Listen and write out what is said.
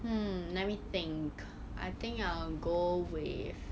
hmm let me think I think I will go with